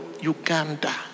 Uganda